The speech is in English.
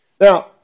Now